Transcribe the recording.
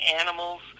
animals